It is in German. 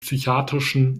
psychiatrischen